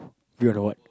view on what